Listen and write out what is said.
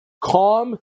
calm